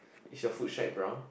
is your food shack brown